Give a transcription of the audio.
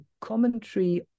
commentary